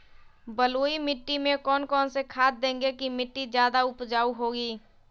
बलुई मिट्टी में कौन कौन से खाद देगें की मिट्टी ज्यादा उपजाऊ होगी?